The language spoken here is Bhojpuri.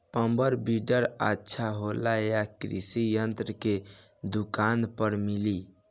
पॉवर वीडर अच्छा होला यह कृषि यंत्र के दुकान पर मिली?